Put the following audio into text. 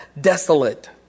desolate